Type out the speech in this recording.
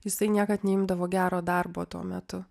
jisai niekad neimdavo gero darbo tuo metu